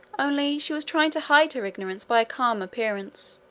only she was trying to hide her ignorance by a calm appearance,